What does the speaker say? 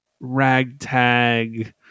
ragtag